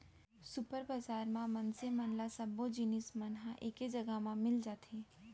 super बजार म मनसे मन ल सब्बो जिनिस मन ह एके जघा म मिल जाथे